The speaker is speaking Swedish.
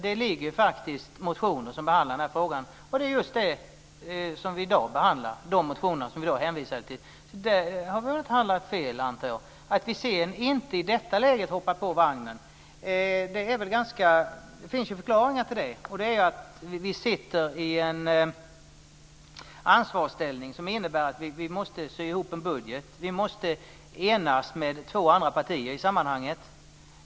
Det finns faktiskt motioner som behandlar den här frågan, och det är de motioner som jag hänvisade till som vi nu behandlar. Där har vi inte handlat fel, antar jag. I detta läger ser vi inte någon möjlighet att hoppa på vagnen, och det finns förklaringar till det. Vi sitter i en ansvarsställning som innebär att vi måste vara med och sy ihop en budget. Vi måste enas med två andra partier.